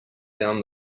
down